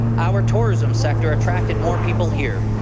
our tourism sector attracted more people here.